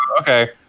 okay